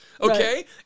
Okay